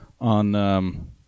on